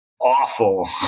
awful